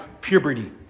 puberty